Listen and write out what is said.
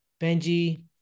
Benji